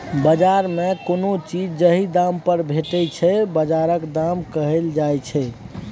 बजार मे कोनो चीज जाहि दाम पर भेटै छै बजारक दाम कहल जाइ छै